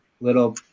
little